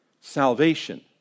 Salvation